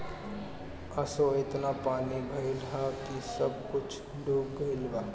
असो एतना पानी भइल हअ की सब कुछ डूब गईल बा